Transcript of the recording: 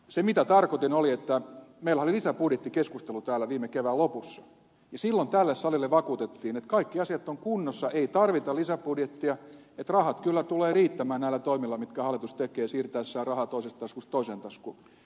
se mitä tarkoitin oli että meillähän oli lisäbudjettikeskustelu täällä viime kevään lopussa ja silloin tälle salille vakuutettiin että kaikki asiat ovat kunnossa ei tarvita lisäbudjettia että rahat tulevat kyllä riittämään näillä toimilla mitkä hallitus tekee siirtäessään rahaa toisesta taskusta toiseen taskuun